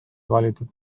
valitud